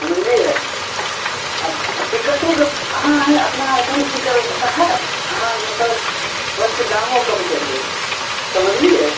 समझलियै आ टिकटोके अहाँ हइ अपना आरके ने की करबै पता हइ अहाँ बसके दामो कम करि देबै समझलियै